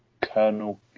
Colonel